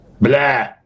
Blah